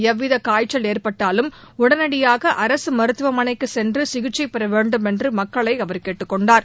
எவ்வித காய்ச்சல் ஏற்பட்டாலும் உடனடியாக அரசு மருத்துவமனைக்கு சென்று சிகிச்சை பெற வேண்டும் என்று மக்களை அவர் கேட்டுக் கொண்டார்